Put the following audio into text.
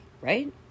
right